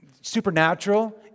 supernatural